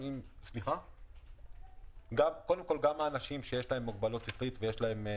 לכן הם מובחנים מבחינת הלבוש שלהם,